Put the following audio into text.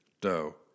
dough